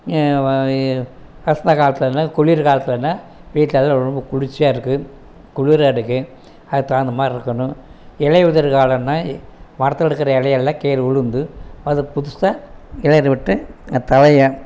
வசந்த காலத்திலன்னா குளிர் காலத்திலன்னா வீட்டுலலாம் ரொம்ப குளிர்ச்சியாக இருக்கும் குளிர் அடிக்கும் அதுக்கு தகுந்த மாதிரி இருக்கணும் இலையுதிர் காலம்னா மரத்தில் இருக்கிற இலையில்லா கீழே விழுந்து அது புதுசாக துளிர் விட்டு தழையும்